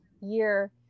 year